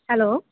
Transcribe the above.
hello